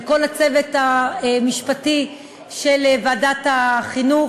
לכל הצוות המשפטי של ועדת החינוך.